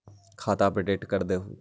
खाता अपडेट करदहु?